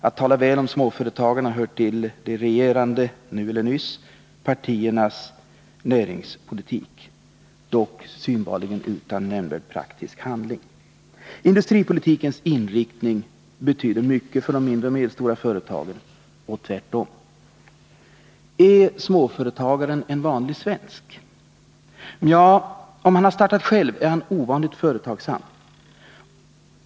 Att tala väl om småföretagarna hör till de nu eller nyligen regerande partiernas näringspolitik, dock synbarligen utan nämnvärd praktisk handling. Industripolitikens inriktning betyder mycket för de mindre och medelstora företagen och tvärtom. Är småföretagaren en vanlig svensk? Ja, om han har startat själv är han ovanligt företagsam.